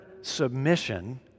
submission